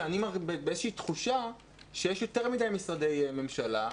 שאני באיזושהי תחושה שיש יותר מדי משרדי ממשלה.